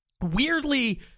Weirdly